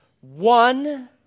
one